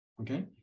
Okay